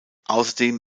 außerdem